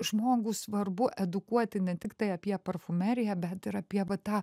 žmogų svarbu edukuoti ne tiktai apie parfumeriją bet ir apie va tą